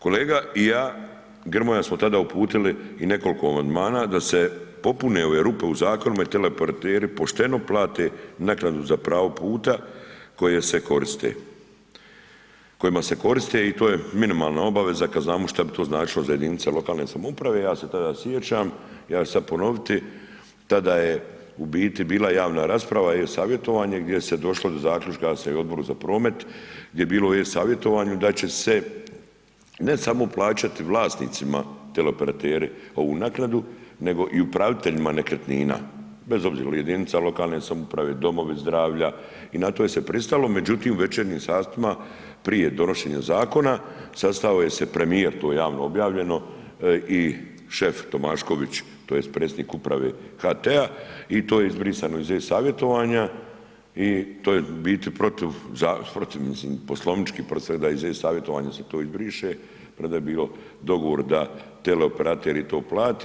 Kolega i ja Grmoja smo tada uputili i nekoliko amandman da se popune ove rupe u zakonu da teleoperateri pošteno plate naknadu za pravo pute koje se koriste, kojima se koriste i to je minimalna obaveza, kada znamo šta bi to značilo za jedinice lokalne samouprave, ja se tada sjećam, ja ću sada ponoviti, tada je u biti bila javna rasprava i e-savjetovanje gdje se došlo do zaključka da se i Odboru za promet, gdje je bilo o e-savjetovanju da će se ne samo plaćati vlasnicima teleoperateri ovu naknadu nego i upraviteljima nekretnina, bez obzira je li jedinica lokalne samouprave, domovi zdravlja i na to se je pristalo međutim u večernjim satima prije donošenja zakona sastao se premijer, to je javno objavljeno i šef Tomašković, tj. predsjednik uprave HT-a i to je izbrisano iz e-savjetovanja i to je u biti protiv mislim poslovničkih ... da iz e-savjetovanja se to izbriše premda je bio dogovor da teleoperater to plati.